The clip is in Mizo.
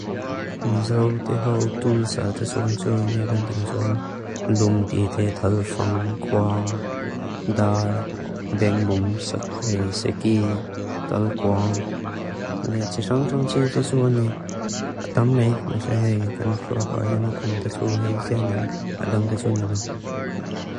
Mizáw tiháw túl sá títsuáni tsuáni yá gan títsuáni lúm tíite talfáng kuaang. Dar beng bún sáki talkuaang. Le tsi sángsáng títsuáni, a támmék masá héi gan sláka áyá na om títsuá héi tsyáni ák a tám títsuáni ló.